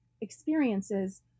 experiences